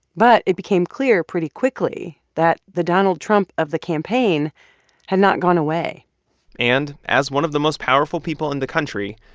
but it became clear pretty quickly that the donald trump of the campaign had not gone away and as one of the most powerful people in the country,